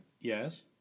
Yes